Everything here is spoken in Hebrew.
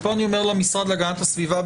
ופה אני אומר למשרד להגנת הסביבה,